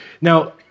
Now